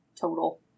total